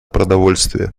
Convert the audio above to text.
продовольствие